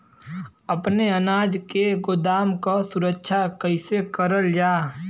अपने अनाज के गोदाम क सुरक्षा कइसे करल जा?